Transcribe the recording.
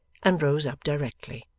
and rose up directly.